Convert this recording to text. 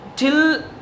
till